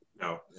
no